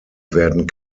werden